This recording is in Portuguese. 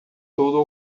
todo